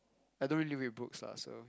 I don't really read books lah so